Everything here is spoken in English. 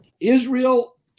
Israel